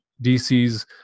DC's